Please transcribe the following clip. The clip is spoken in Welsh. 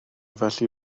felly